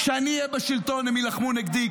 כשאני אהיה בשלטון הם יילחמו נגדי,